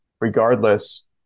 regardless